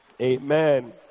Amen